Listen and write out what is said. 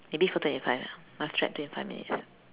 maybe four twenty five ah must check twenty five minutes